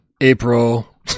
April